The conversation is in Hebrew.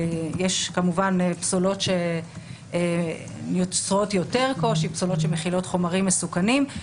יש כמובן פסולות עם יותר קושי שמכילות חומרים מסוכנים.